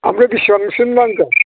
आमफ्राय बिसिबांसिम नांगौ